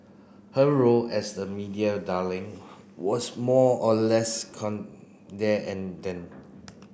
her role as the media darling was more or less there and then